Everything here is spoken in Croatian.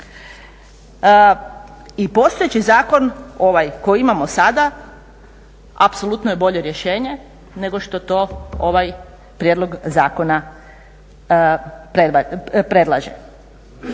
I postojeći zakon ovaj koji imamo sada apsolutno je bolje rješenje nego što to ovaj prijedlog zakona predlaže.